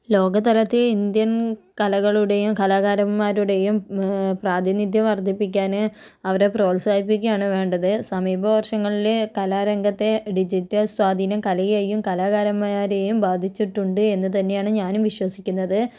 ലോകതലത്തിൽ Indian കലകളുടെയും കലാകാരന്മാരുടെയും പ്രാതിനിഥ്യം വർദ്ധിപ്പിക്കാൻ അവരെ പ്രോത്സാഹിപ്പിക്കുകയാണ് വേണ്ടത് സമീപ വർഷങ്ങളിൽ കലാരംഗത്തെ ഡിജിറ്റൽ സ്വാധീനം കലയെയും കലാകാരന്മാരെയും ബാധിച്ചിട്ടുണ്ട് എന്നു തന്നെയാണ് ഞാനും വിശ്വസിക്കുന്നത്